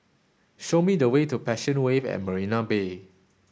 show me the way to Passion Wave at Marina Bay